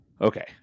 okay